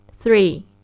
Three